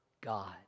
God